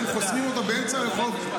חוסמים אותו באמצע רחוב,